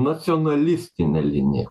nacionalistinę liniją